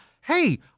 hey